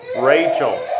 Rachel